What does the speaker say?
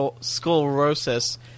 sclerosis